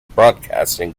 broadcasting